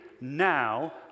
now